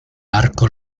arco